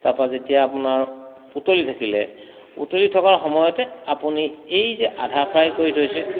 তাৰপৰা যেতিয়া আপোনাৰ উতলি থাকিলে উতলি থকাৰ সময়তে আপুনি এই যে আধা ফ্ৰাই কৰি থৈছে